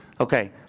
okay